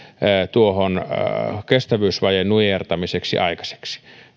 tuon kestävyysvajeen nujertamiseksi aikaiseksi